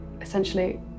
essentially